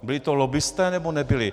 Byli to lobbisté, nebo nebyli?